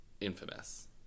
infamous